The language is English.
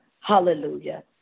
Hallelujah